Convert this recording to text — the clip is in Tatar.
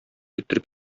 иттереп